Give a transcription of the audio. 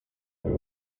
hari